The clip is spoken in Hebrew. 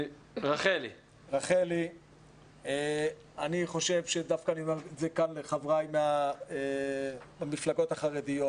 אני אומר לחבריי מהמפלגות החרדיות.